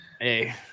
Hey